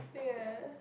oh yeah